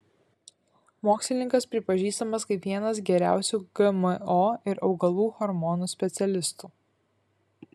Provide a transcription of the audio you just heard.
mokslininkas pripažįstamas kaip vienas geriausių gmo ir augalų hormonų specialistų